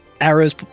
arrows